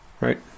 Right